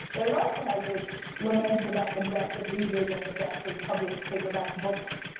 but it also has a lament about the death of reading and the death of published paperback books,